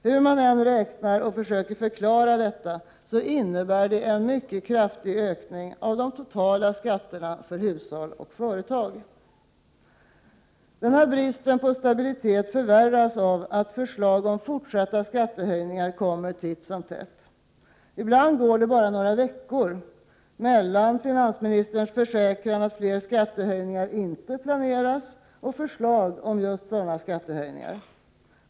Hur man än räknar och försöker förklara innebär det en mycket kraftig ökning av de totala skatterna för hushåll och företag. Bristen på stabilitet förvärras av att förslag om fortsatta skattehöjningar kommer titt och tätt. Ibland går det bara några veckor mellan finansministerns försäkran att fler skattehöjningar inte planeras och förslag om just sådana skattehöjningar.